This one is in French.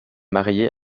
mariée